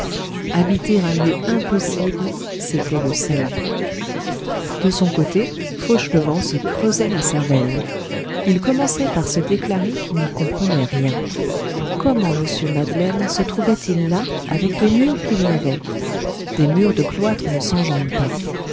habiter un lieu impossible c'était le salut de son côté fauchelevent se creusait la cervelle il commençait par se déclarer qu'il n'y comprenait rien comment mr madeleine se trouvait-il là avec les murs qu'il y avait des murs de cloître ne s'enjambent pas